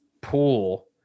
pool